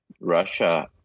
Russia